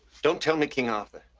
don't tell me king arthur,